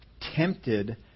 tempted